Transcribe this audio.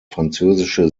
französische